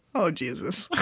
oh, jesus.